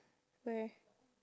where